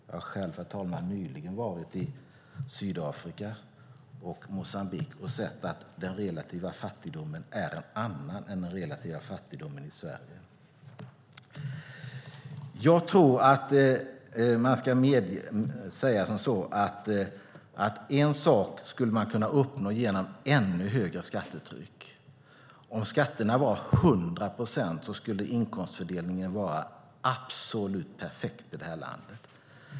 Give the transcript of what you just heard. Jag har själv, herr talman, nyligen varit i Sydafrika och Moçambique och sett att den relativa fattigdomen där är en annan än den relativa fattigdomen i Sverige. Man kan säga att vi skulle kunna uppnå en sak genom ett ännu högre skattetryck. Om skatterna var 100 procent skulle inkomstfördelningen vara absolut perfekt i detta land.